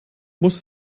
muss